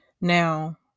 now